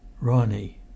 Ronnie